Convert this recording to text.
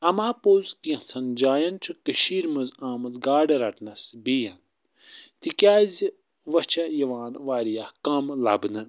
اَماپوٚز کیںٛژھن جاین چھُ کٔشیٖرِ منٛز آمٕژ گاڈٕ رٹنس بین تِکیٛازِ وۅنۍ چھَ یِوان وارِیاہ کَم لبنہٕ